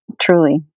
truly